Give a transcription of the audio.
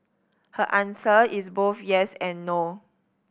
her answer is both yes and no